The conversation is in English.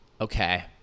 Okay